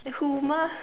who mah